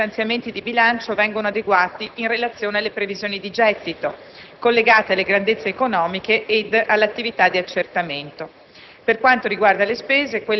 Per quanto riguarda le entrate, gli stanziamenti di bilancio vengono adeguati in relazione alle previsioni di gettito, collegate alle grandezze economiche ed alla attività di accertamento.